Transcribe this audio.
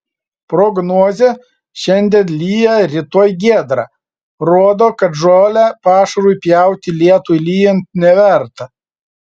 prognozė šiandien lyja rytoj giedra rodo kad žolę pašarui pjauti lietui lyjant neverta